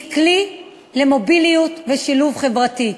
היא כלי למוביליות ושילוב חברתי.